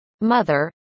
Mother